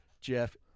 Jeff